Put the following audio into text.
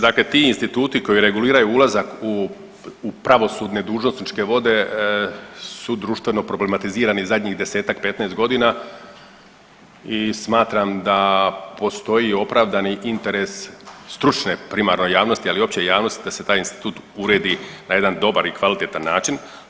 Dakle, ti instituti koji reguliraju ulazak u pravosudne dužnosničke vode su društveno problematizirani zadnjih desetak, 15 godina i smatram da postoji opravdani interes stručne primarno javnosti, ali i opće javnosti da se taj institut uredi na jedan dobar i kvalitetan način.